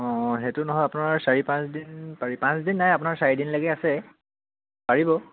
অঁ অঁ সেইটো নহয় আপোনাৰ চাৰি পাঁচদিন পাৰি পাঁচদিন নাই আপোনাৰ চাৰিদিন লৈকে আছে পাৰিব